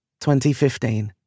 2015